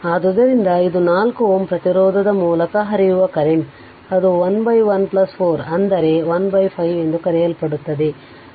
ಆದ್ದರಿಂದ ಇದು 4 Ω ಪ್ರತಿರೋಧದ ಮೂಲಕ ಹರಿಯುವ ಕರೆಂಟ್ ಅದು 11 4 ಅಂದರೆ 15 ಎಂದು ಕರೆಯಲ್ಪಡುತ್ತದೆ